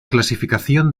clasificación